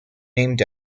named